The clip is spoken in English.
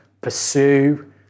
pursue